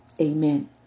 amen